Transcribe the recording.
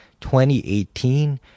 2018